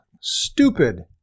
stupid